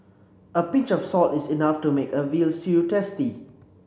a pinch of salt is enough to make a veal stew tasty